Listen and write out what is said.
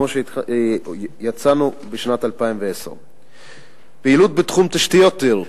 כמו שיצאנו בשנת 2010. פעילות בתחום תשתיות תיירות,